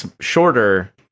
shorter